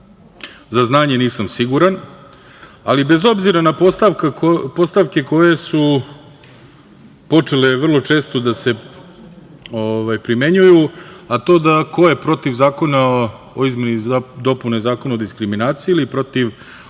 za znanje nisam siguran, ali bez obzira na postavke koje su počele vrlo često da se primenjuju, a to da ko je protiv Zakona o izmeni i dopuni Zakona o diskriminaciji ili protiv